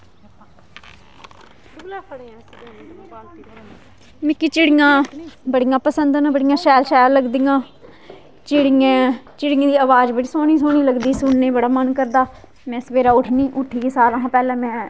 मिकी चूडियां बड़ियां पसंद ना बडियां शैल शैल लगदियां चूडियें चूडियें दी आबाज बड़ी सोहनी सोहनी लगदी सुनने च बड़ा मन करदा में सवेरे उट्ठनी उट्ठियै सारें कशा पैहलें में